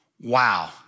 wow